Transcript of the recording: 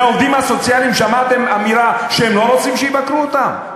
מהעובדים הסוציאליים שמעתם אמירה שהם לא רוצים שיבקרו אותם?